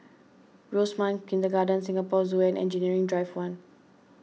Rosemount Kindergarten Singapore Zoo and Engineering Drive one